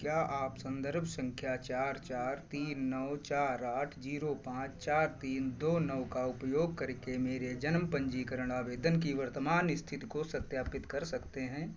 क्या आप संदर्भ संख्या चार चार तीन नौ चार आठ जीरो पाँच चार तीन दो नौ का उपयोग करके मेरे जन्म पंजीकरण आवेदन की वर्तमान स्थित को सत्यापित कर सकते हैं